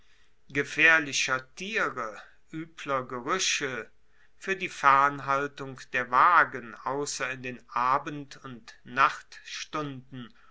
gefaehrlicher tiere uebler gerueche fuer die fernhaltung der wagen ausser in den abend und